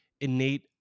innate